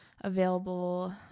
available